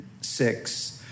six